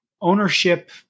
ownership